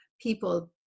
people